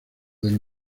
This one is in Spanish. del